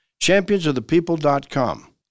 Championsofthepeople.com